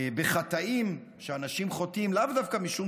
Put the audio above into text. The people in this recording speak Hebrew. בחטאים שאנשים חוטאים לאו דווקא משום